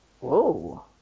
Whoa